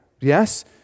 Yes